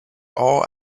all